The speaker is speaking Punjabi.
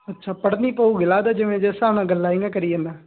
ਅੱਛਾ ਪੜ੍ਹਨੀ ਪਵੇਗੀ ਲੱਗਦਾ ਜਿਵੇਂ ਜਿਸ ਹਿਸਾਬ ਨਾਲ ਗੱਲਾਂ ਜਿਹੀਆਂ ਕਰੀ ਜਾਂਦਾ